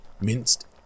minced